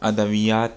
ادویات